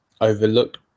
overlooked